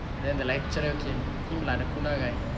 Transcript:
then the lecturer came the guna guy